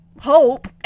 hope